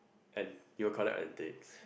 and you will collect antiques